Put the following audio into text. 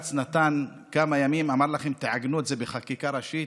ובג"ץ נתן כמה ימים ואמר לכם: תעגנו את זה בחקיקה ראשית,